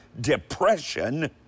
depression